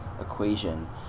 equation